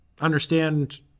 understand